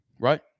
Right